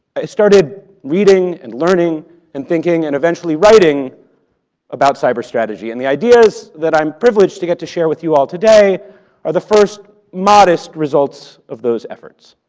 i started reading and learning and thinking and eventually writing about cyber strategy, and the ideas that i am privileged to get to share with you all today are the first modest results of those efforts.